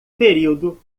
período